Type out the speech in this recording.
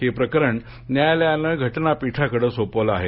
हे प्रकरण न्यायालयानं घटनापीठाकडं सोपवलं आहे